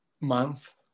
Month